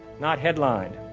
not headlined.